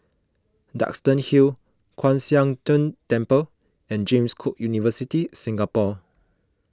Duxton Hill Kwan Siang Tng Temple and James Cook University Singapore